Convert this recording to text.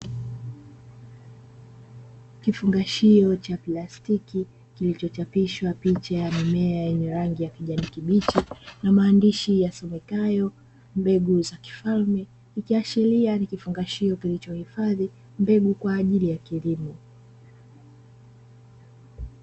Kifungashio cha plastiki kilichochapishwa picha ya mimea yenye rangi ya kijani kibichi na maandishi yasomekayo mbegu za kifalme ikiashiria ni kifungashio kilichohifadhi mbegu kwa ajili ya kilimo.